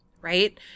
right